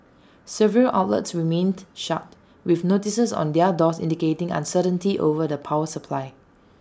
several outlets remained shut with notices on their doors indicating uncertainty over the power supply